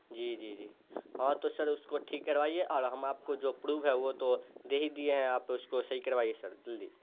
جی جی جی ہاں تو سر اس کو ٹھیک کروائیے اور ہم آپ کو جو پڑوب ہے وہ تو دے ہی دیے ہیں آپ اس کو صحیح کروائیے سر جلدی